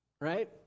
right